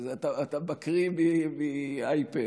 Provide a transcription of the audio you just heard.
אתה מקריא מאייפד,